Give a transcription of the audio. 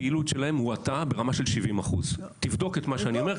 הפעילות שלהם הואטה ברמה של 70%. תבדוק את מה שאני אומר,